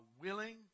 willing